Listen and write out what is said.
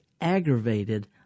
aggravated